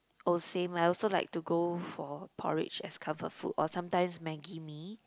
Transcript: oh same I also like to go for porridge as comfort food or sometimes maggie-mee